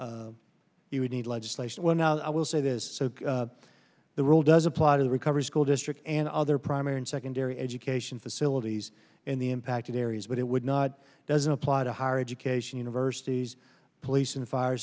need you would need legislation when i will say this so the role does apply to the recovery school district and other primary and secondary education facilities in the impacted areas but it would not doesn't apply to higher education universities police and fire